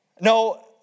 No